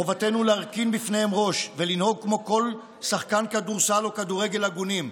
חובתנו להרכין בפניהם ראש ולנהוג כמו כל שחקן כדורסל או כדורגל הגונים,